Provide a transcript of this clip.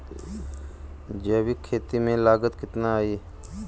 जैविक खेती में लागत कितना आई?